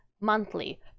monthly